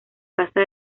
casa